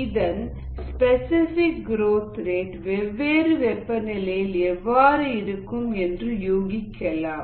இதன் specific growth rate வெவ்வேறு வெப்பநிலையில் எவ்வாறு இருக்கும் என்று யூகிக்கலாம்